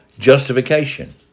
justification